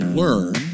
learn